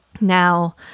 Now